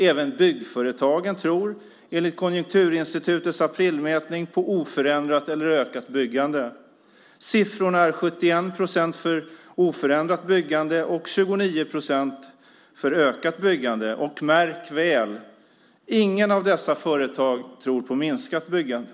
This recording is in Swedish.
Även byggföretagen tror enligt Konjunkturinstitutets aprilmätning på oförändrat eller ökat byggande. Siffrorna är 71 procent för oförändrat byggande och 29 procent för ökat byggande. Märk väl: Inget av dessa företag tror på minskat byggande.